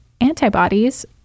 antibodies